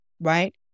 right